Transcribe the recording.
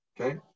Okay